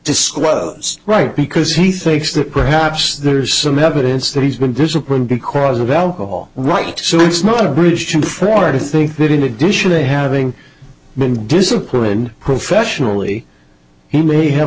disclosed right because he thinks that perhaps there's some evidence that he's been disciplined because of alcohol right so it's not a bridge too far to think that in addition to having been disciplined professionally he may have